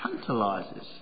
tantalises